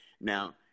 Now